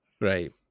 Right